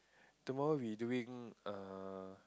tomorrow we doing err